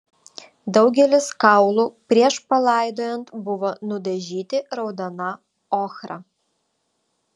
daugelis kaulų prieš palaidojant buvo nudažyti raudona ochra